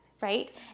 right